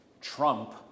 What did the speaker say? trump